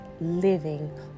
living